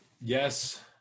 yes